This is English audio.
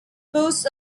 boasts